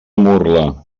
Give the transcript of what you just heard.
murla